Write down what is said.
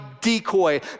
decoy